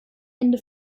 ende